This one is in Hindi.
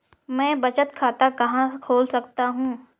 मैं बचत खाता कहाँ खोल सकता हूँ?